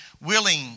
willing